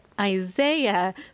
Isaiah